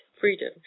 freedom